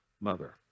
mother